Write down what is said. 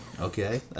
Okay